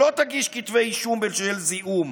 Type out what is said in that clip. שלא תגיש כתבי אישום בשל זיהום,